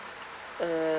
uh